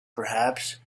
perhaps